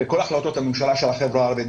בכל החלטות הממשלה לגבי החברה הערבית,